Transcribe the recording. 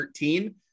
13